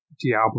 Diablo